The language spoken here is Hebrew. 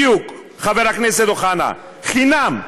בדיוק, חבר הכנסת אוחנה, חינם,